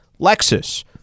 Lexus